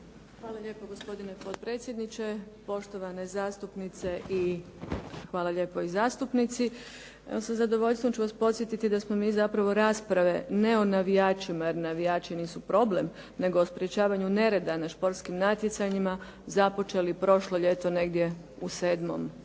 Hvala lijepo gospodine potpredsjedniče, poštovane zastupnice i hvala lijepo i zastupnici. Evo sa zadovoljstvom ću vas podsjetiti da smo mi zapravo rasprave ne o navijačima jer navijači nisu problem, nego o sprječavanju nereda na športskim natjecanjima započeli prošlo ljeto negdje u 7 mjesecu